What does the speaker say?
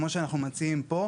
כמו שאנחנו מציעים פה,